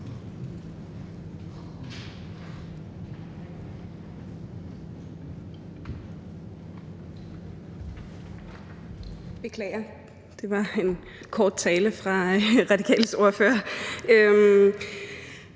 ventetiden, det var en kort tale fra Radikales ordfører.